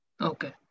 Okay